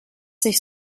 sich